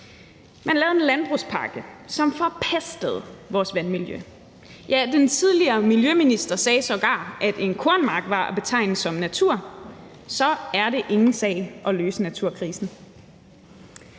Man lavede en landbrugspakke, som forpestede vores vandmiljø. Den tidligere miljøminister sagde sågar, at en kornmark var at betegne som natur, og så er det ingen sag at løse naturkrisen.